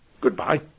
Goodbye